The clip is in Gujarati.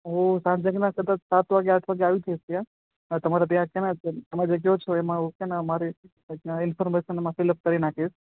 હુ સાંજેકના કદાચ સાત વાગ્યા આસપાસ આવી જઈશ ત્યાં આ તમારે ત્યાં છે ને તમે જે કહો છો એમાં ઓકે ને અમારી ત્યાં ઇન્ફોર્મેશન એમાં ફીલ અપ કરી નાખીશ